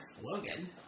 slogan